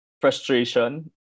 frustration